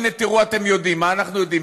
הנה, תראו, אתם יודעים, מה אנחנו יודעים?